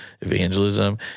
evangelism